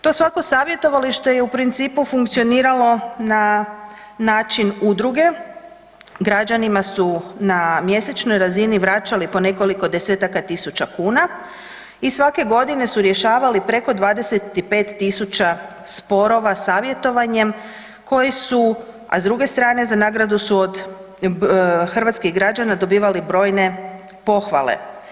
To svako savjetovalište je u principu funkcioniralo na način udruge, građanima su mjesečnoj razini vraćali po nekoliko desetaka tisuća kuna i svake godine su rješavali preko 25 000 sporova savjetovanjem koji su a s druge za nagradu su od hrvatskih građana dobivali brojne pohvale.